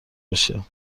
بشه